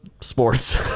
sports